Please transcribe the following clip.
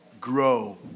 grow